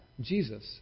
Jesus